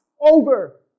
over